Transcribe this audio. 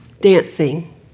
dancing